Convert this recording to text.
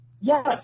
Yes